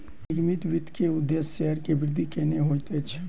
निगमित वित्त के उदेश्य शेयर के वृद्धि केनै होइत अछि